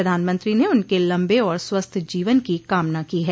प्रधानमत्री ने उनके लम्बे और स्वस्थ जीवन की कामना की है